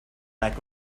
like